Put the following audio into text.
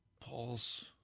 Paul's